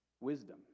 Wisdom